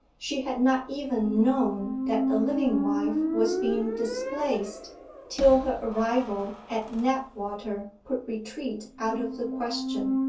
she had not even known that a living wife was being displaced till her arrival at knapwater put retreat out of the question,